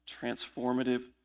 Transformative